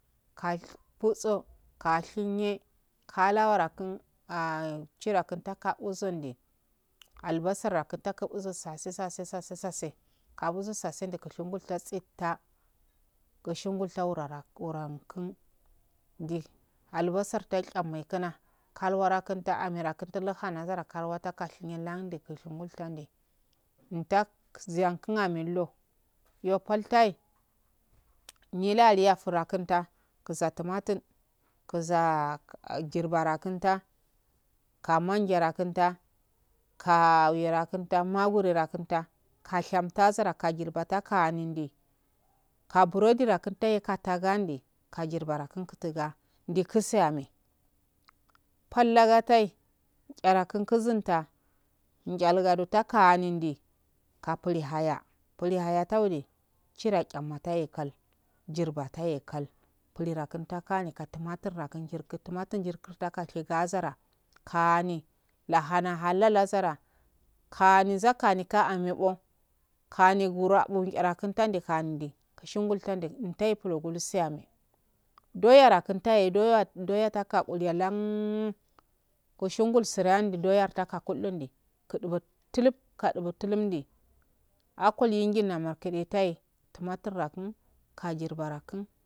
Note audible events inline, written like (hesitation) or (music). Kush buso kashinye kalurara kun (hesitation) chituku tuka usundi albasar a kuta kukubu sase-sase- sase kabuza sase ndi kushungul tuselfa usungul taurara uramkun ndi albasha tai chamo yikuna taura aktrin aura kinta hana zara kaurata kashiye lan ndikushinguk tam nde ndakziyase launa millo iyo palta'e nyile ala fra kunta kaman jara launta kawira bunda magureda kunta kazan tajara kajirba ma ku ndi kaburodi kuntaye katagandi kajir bara kun kutunga ndi kuse pal lagatai nchara kun kuzunta nchal gado takanindi kapli haya pli hayantaudinchira dauda taye kal jirbo taye kal bhdakuu takani kutumo turwa kuntu kumatun jin kurtaka jiyazara kani luhana halal lajara kani nzakanika hanebo kani ngurabu nihara kuntani bandi kushun gultandi ntai plo gul seame doye da kumtaye doya-doya taka guliya lan goshingul surain di doyar taka akul injil la markade taye tumatarba kun kuu kajirbaraye kun.